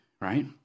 right